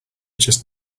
just